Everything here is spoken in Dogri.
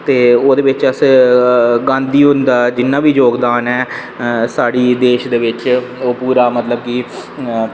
ते ओह्दे बिच अस गांधी हुंदा जिन्ना बी जोगदान ऐ साढ़े देश दे बिच ओह् पूरा मतलब कि